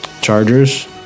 Chargers